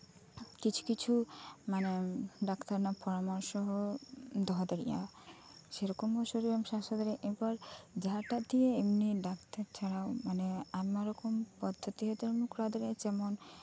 ᱠᱤᱪᱷᱩᱼᱠᱤᱪᱷᱩ ᱢᱟᱱᱮ ᱰᱟᱠᱛᱟᱨ ᱨᱮᱱᱟᱜ ᱯᱚᱨᱟᱢᱚᱨᱥᱚ ᱦᱚᱸ ᱫᱚᱦᱚ ᱫᱟᱲᱮᱭᱟᱜᱼᱟ ᱥᱮ ᱨᱚᱠᱚᱢ ᱦᱚᱸ ᱥᱚᱨᱤᱨ ᱥᱟᱥᱛᱷᱚ ᱮᱵᱟᱨ ᱡᱟᱦᱟᱸᱴᱟᱜ ᱫᱤᱭᱮ ᱰᱟᱠᱛᱟᱨ ᱪᱷᱟᱲᱟ ᱟᱭᱢᱟ ᱨᱚᱠᱚᱢ ᱯᱚᱫᱽᱫᱷᱚᱛᱤ ᱦᱚᱸᱛᱚᱢ ᱠᱚᱨᱟᱣ ᱫᱟᱲᱮᱭᱟᱜᱼᱟ ᱡᱮᱢᱚᱱ